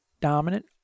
dominant